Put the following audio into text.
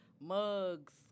mugs